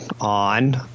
on